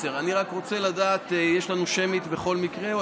10:00. אני רק רוצה לדעת, יש לנו שמית בכל מקרה?